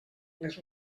les